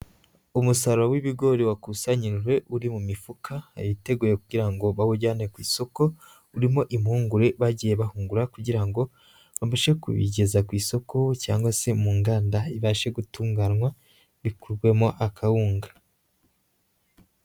Umusaruro w'ibigori wakusanyirijwe uri mu mifuka, iteguye kugira ngo bawujyane ku isoko, urimo impungure bagiye bahungura kugira ngo babashe kubigeza ku isoko cyangwa se mu nganda, ibashe gutunganywa bikurwemo akawunga.